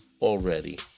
already